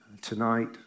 tonight